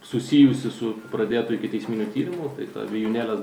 susijusi su pradėtu ikiteisminiu tyrimu tai ta vijūnėlė